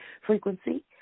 Frequency